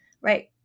right